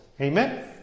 Amen